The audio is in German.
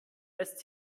lässt